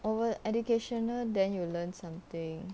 educational then you learn something